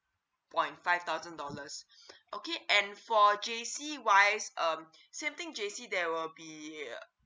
point five thousand dollars okay and for J_C wise um same things J_C there will be